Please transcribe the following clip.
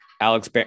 alex